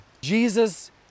Jesus